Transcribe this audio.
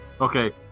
Okay